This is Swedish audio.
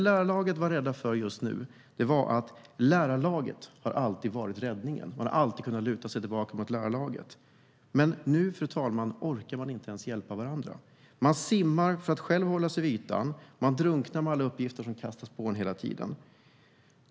Lärarlaget har alltid varit räddningen; man har alltid kunnat luta sig mot lärarlaget. Men nu orkar de inte ens hjälpa varandra inom lärarlaget. De simmar för att själva hålla sig vid ytan och för att inte drunkna under alla uppgifter som hela tiden läggs på dem.